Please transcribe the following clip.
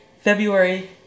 February